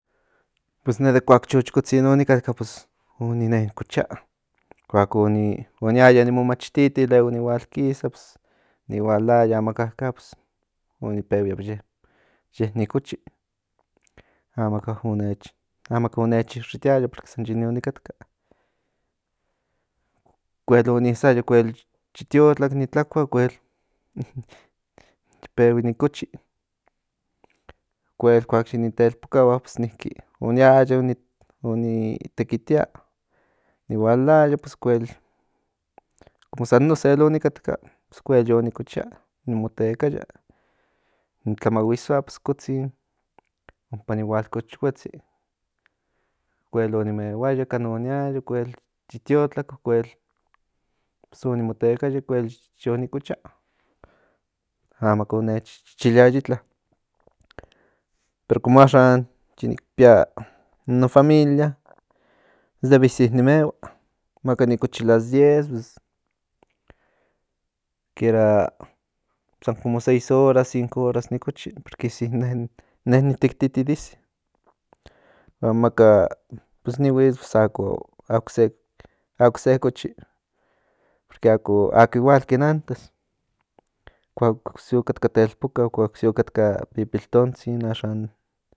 Pues in ne de kuak o chochokotzin o ni katka o ni nen kochia kuak o niaya ni mo machtiti luego ni hual kisa o ni hualaya amakaka o ni pehuia ye ni kochi amaka o nech ixitiaxa porque san yi ne onikatka okuel o ni isaya yo tiotlak ni tlakua okuel yi pehui ni cochi okuel kuak yi ni telpokahua niki o niaya o ni tekitia o ni hualaya okuel san nosel onikatka okuel yo ni cochia o ni mo tekaya ni tlamahuisoa kotzin ompa ni hual cochhuetsi o ni mehuaya kana oniaya okuel yi tiotlak okuel o ni motekaya okuel yo ni cochia amaka o nech iliaya itla pero como axan nik pía in no familia debe isi ni mehua maka ni cochi las diez kera san cinco horas seis horas ni cochi porque in me ni tekititi de isi huan maka nihuits ako se cochi porque ako igual ken antes kuak se okatka telpoka o kuak se okatka pipiltontzin axan